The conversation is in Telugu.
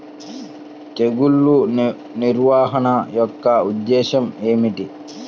తెగులు నిర్వహణ యొక్క ఉద్దేశం ఏమిటి?